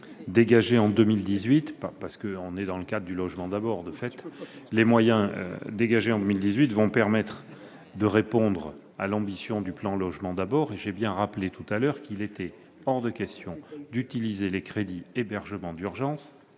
Les moyens dégagés en 2018 vont permettre de répondre à l'ambition du plan Logement d'abord. Comme je l'ai rappelé tout à l'heure, il est hors de question d'utiliser les crédits dédiés à l'hébergement d'urgence